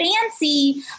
fancy